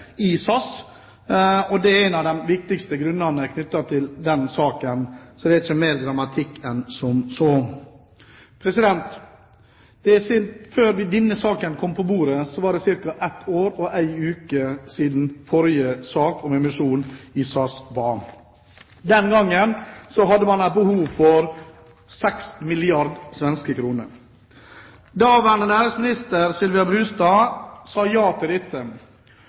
Det er en av de viktigste grunnene knyttet til den saken. Det er ikke mer dramatisk enn som så. Før denne saken kom på bordet, var det ca. et år og en uke siden forrige sak om emisjon i SAS. Den gangen hadde man behov for 6 milliarder svenske kroner. Daværende næringsminister Sylvia Brustad sa ja til dette.